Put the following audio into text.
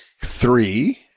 three